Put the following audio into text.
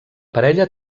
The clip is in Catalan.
parella